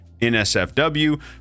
NSFW